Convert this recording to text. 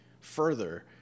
further